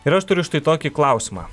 ir aš turiu štai tokį klausimą